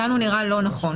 לנו נראה לא נכון.